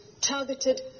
targeted